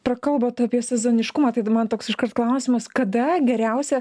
prakalbot apie sezoniškumą tada man toks iškart tada klausimas kada geriausia